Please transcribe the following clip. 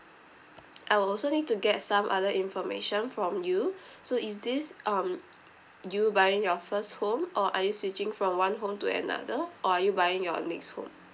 I'll also need to get some other information from you so is this um you buying your first home or are you switching from one home to another or are you buying your next home